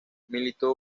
militó